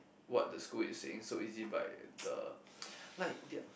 what the school is saying so easy by the like their